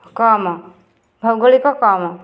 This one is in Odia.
କମ ଭୌଗଳିକ କମ